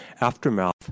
aftermath